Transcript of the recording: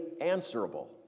answerable